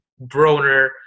Broner